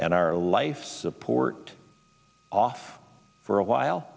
and our life support off for a while